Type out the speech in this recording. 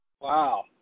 Wow